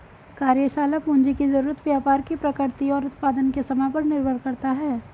कार्यशाला पूंजी की जरूरत व्यापार की प्रकृति और उत्पादन के समय पर निर्भर करता है